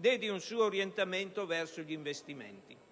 né di un suo orientamento verso l'investimento.